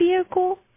vehicle